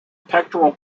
pectoral